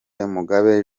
mugabo